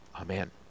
Amen